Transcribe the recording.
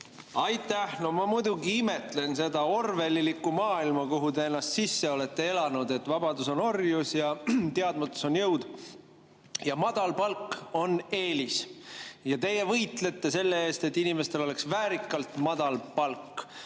Aitäh! No ma muidugi imetlen seda orwellilikku maailma, kuhu te sisse olete elanud, et vabadus on orjus ja teadmatus on jõud ja madal palk on eelis ning teie võitlete selle eest, et inimestel oleks väärikalt madal palk.